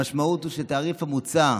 המשמעות של התעריף המוצע,